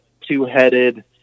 two-headed